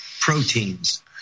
proteins